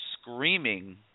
screaming